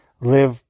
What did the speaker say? live